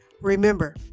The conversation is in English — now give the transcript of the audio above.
remember